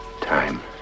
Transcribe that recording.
time